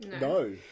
No